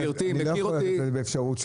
אני לא יכול להתיר שיחה.